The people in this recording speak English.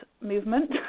movement